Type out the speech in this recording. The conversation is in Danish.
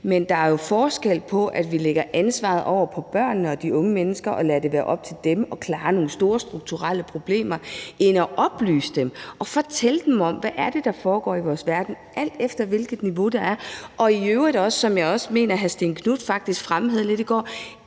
Men der er jo forskel på at lægge ansvaret over på børnene og de unge mennesker og lade det være op til dem at klare nogle store strukturelle problemer og at oplyse dem om og fortælle om, hvad der foregår i vores verden. Det må jo være, alt efter hvilket niveau de er på, og så må man i øvrigt, som jeg også mener at hr. Stén Knuth fremhævede i går,